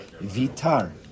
Vitar